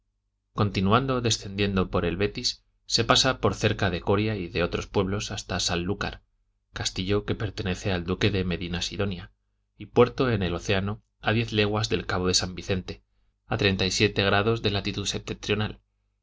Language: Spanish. continuando descendiendo por el betis se pasa por cerca de coria y de otros pueblos hasta sanlúcar castillo que pertenece al duque de medina sidonia y puerto en el océano a diez leguas del cabo san vicente a treinta y siete grados de latitud septentrional